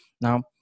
Now